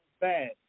bad